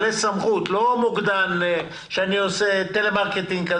לא מוקדן של טלמרקטינג,